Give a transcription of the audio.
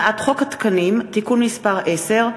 הצעת חוק התקנים (תיקון מס' 10),